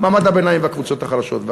מעמד הביניים והקבוצות החלשות.